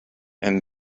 and